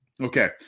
Okay